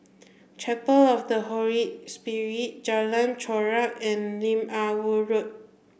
Chapel of the Holy Spirit Jalan Chorak and Lim Ah Woo Road